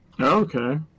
Okay